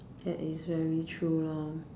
that is very true lor